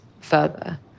further